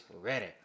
ready